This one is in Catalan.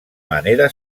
manera